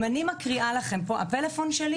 אני מקבלת בטלפון שלי